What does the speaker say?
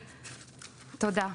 תודה.